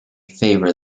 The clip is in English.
favor